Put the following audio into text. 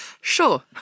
Sure